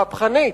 מהפכנית,